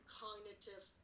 cognitive